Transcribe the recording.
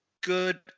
good